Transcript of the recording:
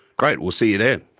great. we'll see you then.